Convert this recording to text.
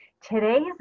Today's